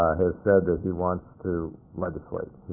has said that he wants to legislate.